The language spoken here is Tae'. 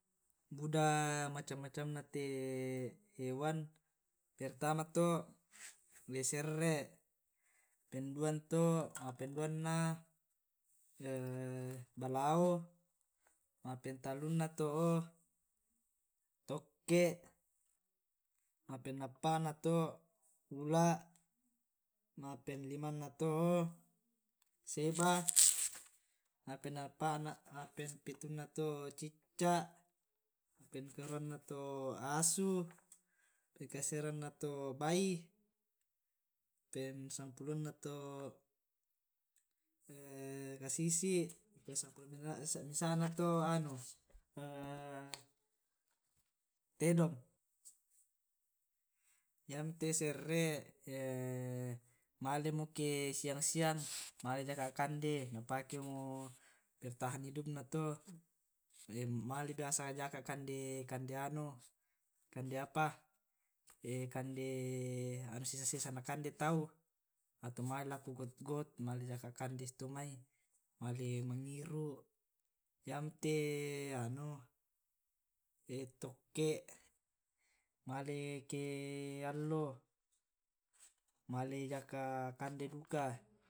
Buda macam macam na te hewan pertama to' serre, penduan to ma'penduanna balao. ma' pentalluna to o tokke, ma' penappa’na to ula’, ma'penlimanna to’o seba, ma'penpitunna to cicca’, ma'penkaruanna to asu, ma'penkasserena to bai’. pensampulona to kasisi’, pensappulo mesa'na to anu tedong, iyamo te serre' malemo ke siang siang male jaka' kande na pake mo bertahan hidup na to, male biasa jaka kande kande anu kande apa kande sesa sesa na kande tau ato male lako got got male jaka kande susito' mai male mangngiru yamo te anu tokke' male ke allo male jaka' kande duka.